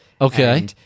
Okay